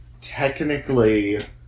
technically